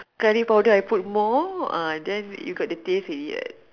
curry powder I put more uh then you got a taste already right